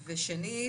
ושנית,